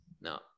No